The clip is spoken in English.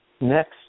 Next